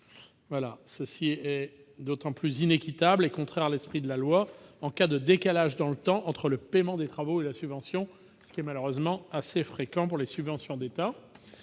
Cela s'avère d'autant plus inéquitable et contraire à l'esprit de la loi en cas de décalage dans le temps entre le paiement des travaux et la subvention, ce qui est malheureusement fréquent pour ce qui concerne les subventions d'État.